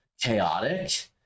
chaotic